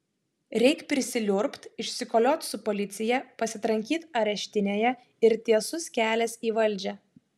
reik prisiliurbt išsikoliot su policija pasitrankyt areštinėje ir tiesus kelias į valdžią